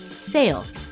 sales